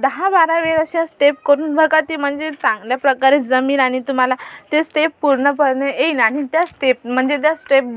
दहा बारा वेळ अशा स्टेप करून बघा ते म्हणजे चांगल्याप्रकारे जमेल आणि तुम्हाला ते स्टेप पूर्णपणे येईन आणि त्या स्टेप म्हणजे त्या स्टेप